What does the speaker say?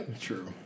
True